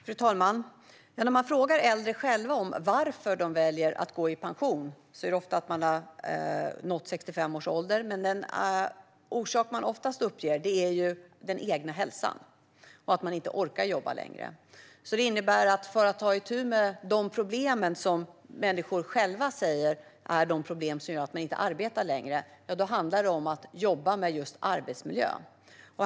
Fru talman! När man frågar de äldre själva varför de väljer att gå i pension svarar de ofta att de har nått 65 års ålder. Men den orsak de oftast uppger är den egna hälsan - att de inte orkar jobba längre. Att ta itu med de problem som människor själva säger är de problem som gör att de inte arbetar längre handlar därför om att jobba med arbetsmiljön.